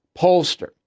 pollster